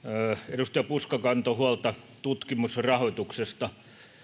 edustaja puska kantoi huolta tutkimusrahoituksesta